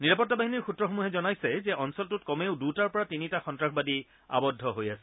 নিৰাপত্তা বাহিনীৰ সূত্ৰসমূহে জনাইছে যে অঞ্চলটোত কমেও দুটাৰ পৰা তিনিটা সন্নাসবাদী আবদ্ধ হৈ আছে